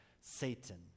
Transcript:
Satan